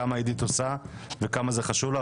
כמה עידית עושה וכמה זה חשוב לה,